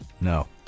No